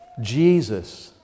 Jesus